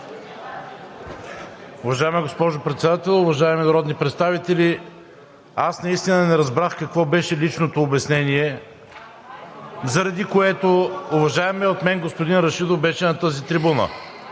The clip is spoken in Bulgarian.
Уважаема госпожо Председател, уважаеми народни представители! Аз наистина не разбрах какво беше личното обяснение, заради което уважаемият от мен господин Рашидов беше на тази трибуна.